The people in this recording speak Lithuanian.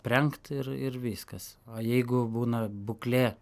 prengt ir ir viskas o jeigu būna būklė